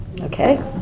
okay